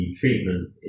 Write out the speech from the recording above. treatment